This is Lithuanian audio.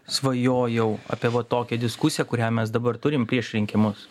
svajojau apie va tokią diskusiją kurią mes dabar turim prieš rinkimus